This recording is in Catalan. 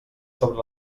sobre